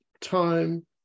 Time